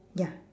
ya